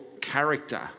character